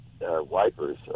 wipers